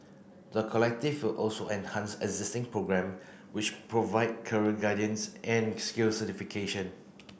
the Collective will also enhance existing programme which provide career guidance and skills certification